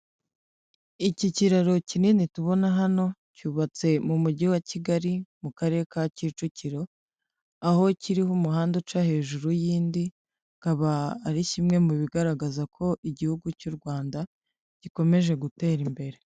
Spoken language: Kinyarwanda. Iki kiraro kinini tubona hano cyubatse mu mujyi wa Kigali mu karere ka Kicukiro, aho kiriho umuhanda uca hejuru y'indi akaba ari kimwe mu bigaragaza ko igihugu cy'u Rwanda gikomeje gutera imbere.